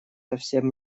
совсем